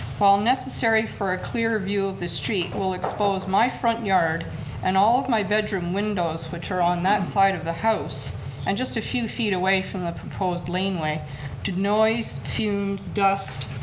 while necessary for a clear view of the street, will expose my front yard and all of my bedroom windows which are on that side of the house and just a few feet away from the proposed lane way to noise, fumes, dust,